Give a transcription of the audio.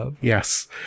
Yes